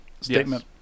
Statement